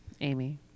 Amy